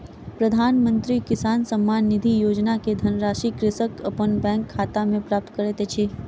प्रधानमंत्री किसान सम्मान निधि योजना के धनराशि कृषक अपन बैंक खाता में प्राप्त करैत अछि